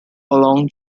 along